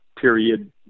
period